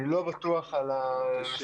אני לא בטוח במספרים.